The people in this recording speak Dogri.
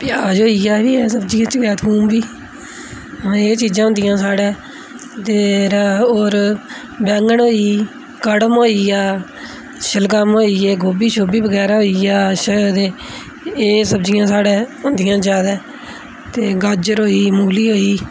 प्याज होई गेआ ऐ एह् ऐ सब्जी च गै थोम बी हां ऐ चीजां होदियां साढ़े ते होर बैंगन होई गे कड़म होई गेआ शलगम होई गे गोभी शोभी बगैरा होई गेआ एह् सब्जियां साढ़े होंदियां ज्यादा ते गाजर होई गेई मुली होई गेई